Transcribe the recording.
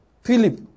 Philip